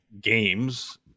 games